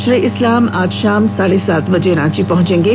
श्री इस्लाम आज शाम साढ़े सात बजे रांची पहुंचेंगे